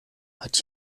hat